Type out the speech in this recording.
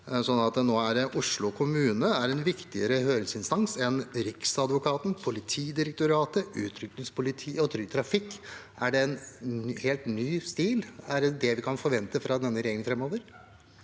Nå er Oslo kommune en viktigere høringsinstans enn Riksadvokaten, Politidirektoratet, Utrykningspolitiet og Trygg Trafikk. Er det en helt ny stil? Er det det vi kan forvente fra denne regjeringen framover?